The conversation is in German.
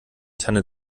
tanne